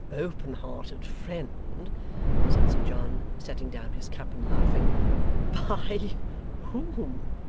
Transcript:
open-hearted friend said sir john, setting down his cup, and laughing by whom